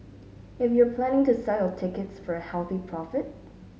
if you're planning to sell your tickets for a healthy profit